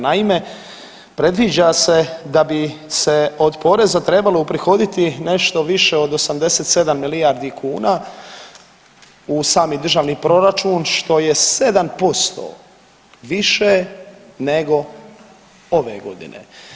Naime, predviđa se da bi se od poreza trebalo uprihoditi nešto više od 87 milijardi kuna u sami državni proračun što je 7% više nego ove godine.